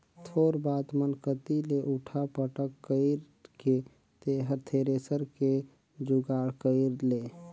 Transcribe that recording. थोर बात मन कति ले उठा पटक कइर के तेंहर थेरेसर के जुगाड़ कइर ले